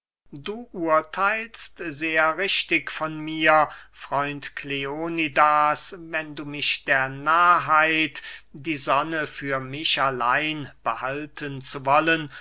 du urtheilst sehr richtig von mir freund kleonidas wenn du mich der narrheit die sonne für mich allein behalten zu wollen